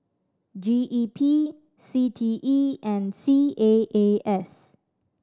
G E P C T E and C A A S